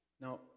Now